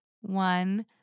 one